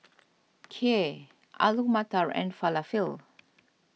Kheer Alu Matar and Falafel